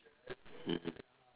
mmhmm